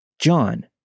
John